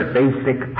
basic